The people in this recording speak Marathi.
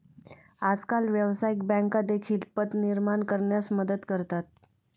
आजकाल व्यवसायिक बँका देखील पत निर्माण करण्यास मदत करतात